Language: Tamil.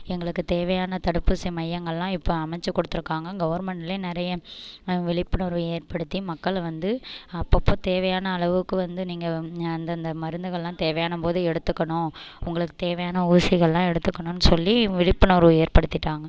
எங்களுக்கு தேவையான தடுப்பூசி மையங்கள்லாம் இப்போ அமைச்சி கொடுத்துருக்காங்க கவர்மண்ட்ல நிறைய விழிப்புணர்வு ஏற்படுத்தி மக்களை வந்து அப்பப்போ தேவையான அளவுக்கு வந்து நீங்கள் அந்தந்த மருந்துகள்லாம் தேவையானம் போது எடுத்துக்கணும் உங்களுக்கு தேவையான ஊசிகள்லாம் எடுத்துகுனுன்னு சொல்லி விழிப்புணர்வு ஏற்படுத்திவிட்டாங்க